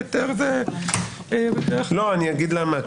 אני אגיד למה.